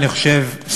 אני חושב,